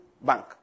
bank